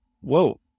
whoa